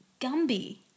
Gumby